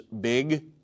big